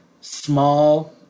small